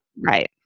Right